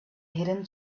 hidden